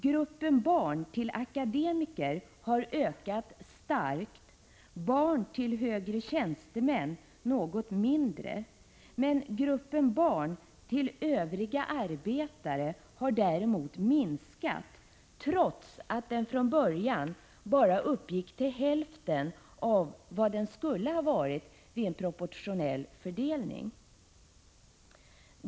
Gruppen barn till akademiker har ökat starkt, gruppen barn till högre tjänstemän något mindre. Gruppen barn till övriga arbetare har däremot minskat, trots att den från början bara uppgick till hälften av vad den skulle ha varit vid en proportionell fördelning.